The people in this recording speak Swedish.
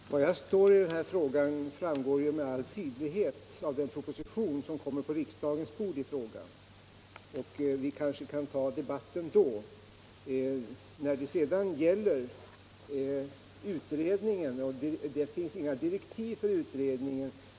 Herr talman! Var jag står i den här frågan framgår med all tydlighet av den proposition som kommer på riksdagens bord. Vi kanske kan ta debatten då. När det sedan gäller utredningen så finns det inga direktiv för den.